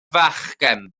fachgen